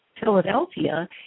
Philadelphia